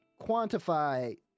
quantify